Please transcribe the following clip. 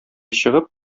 чыгып